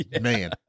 Man